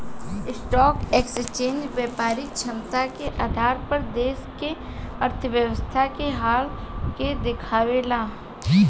stock exchange व्यापारिक क्षमता के आधार पर देश के अर्थव्यवस्था के हाल के देखावेला